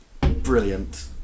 brilliant